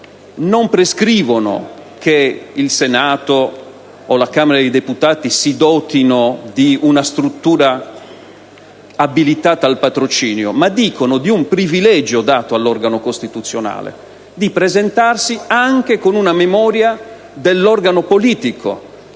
non prescrive che il Senato o la Camera dei deputati si dotino di una struttura abilitata al patrocinio, bensì configura il privilegio, dato all'organo costituzionale, di presentarsi anche con una memoria dell'organo politico